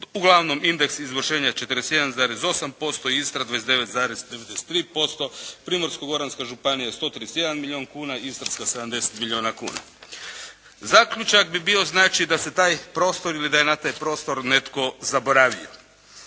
Uglavnom indeks izvršenja je 41,8%. Istra 29,93%. Primorsko-Goranska županija 131 milijun kuna. Istarska 70 milijuna kuna. Zaključak bi bio znači da se taj prostor ili da je na taj prostor netko zaboravio.